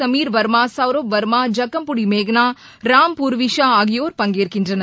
சமீர் வர்மா சௌரப் வர்மா ஐக்கம்புடி மேஹ்னா ராம் பூர்விஷா ஆகியோர் பங்கேற்கின்றனர்